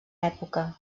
època